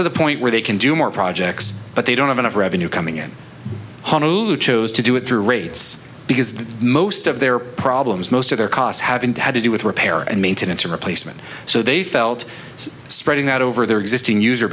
to the point where they can do more projects but they don't have enough revenue coming in honolulu chose to do it through rates because most of their problems most of their costs haven't had to do with repair and maintenance or replacement so they felt it's spreading out over their existing user